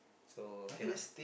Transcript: so cannot